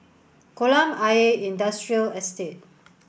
Kolam Ayer Industrial Estate